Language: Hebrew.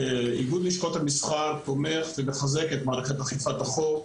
איגוד לשכות המסחר תומך ומחזק את מערכת אכיפת החוק,